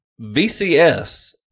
VCS